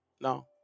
no